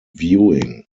viewing